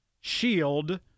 shield